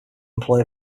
employ